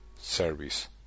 service